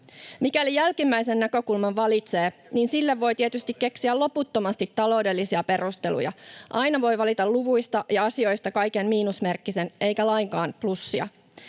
Mikäli jälkimmäisen näkökulman valitsee, niin sille voi tietysti keksiä loputtomasti taloudellisia perusteluja. Aina voi valita luvuista ja asioista kaiken miinusmerkkisen eikä lainkaan plussia.